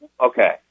Okay